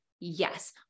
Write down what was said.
yes